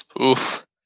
Oof